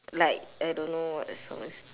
like I don't know what the song is